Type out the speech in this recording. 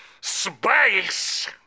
Space